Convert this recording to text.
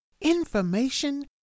information